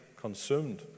consumed